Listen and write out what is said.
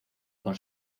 con